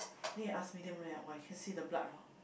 then he ask medium rare ah !wah! you can see the blood hor